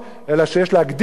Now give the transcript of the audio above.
אלא שיש להגדיר אותן,